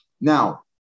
Now